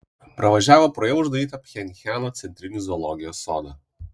pravažiavo pro jau uždarytą pchenjano centrinį zoologijos sodą